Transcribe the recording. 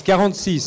46